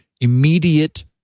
immediate